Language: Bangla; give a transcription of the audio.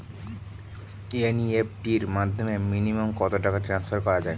এন.ই.এফ.টি র মাধ্যমে মিনিমাম কত টাকা ট্রান্সফার করা যায়?